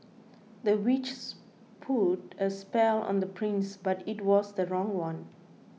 the witches put a spell on the prince but it was the wrong one